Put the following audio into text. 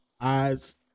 eyes